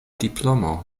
diplomo